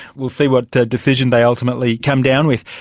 we'll see what decision they ultimately come down with.